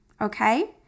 Okay